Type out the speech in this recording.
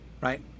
right